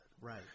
Right